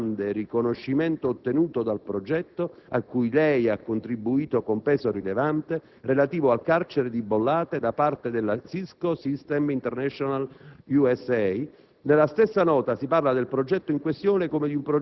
con cui viene comunicato al medesimo dottor Maffei «del grande riconoscimento ottenuto dal progetto, a cui lei ha contribuito con peso rilevante, relativo al carcere di Bollate da parte della Cisco System International USA».